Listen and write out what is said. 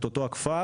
את אותו כפר